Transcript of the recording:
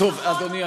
טוב, אדוני,